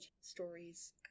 stories